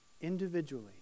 individually